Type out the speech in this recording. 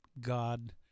God